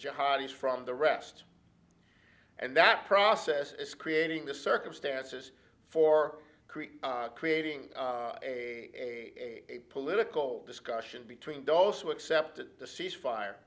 job he's from the rest and that process is creating the circumstances for creating a political discussion between those who accepted the cease fire